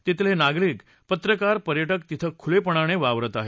तिथले नागरीक पत्रकार पर्यटक तिथं खुलेपणानं वावरत आहेत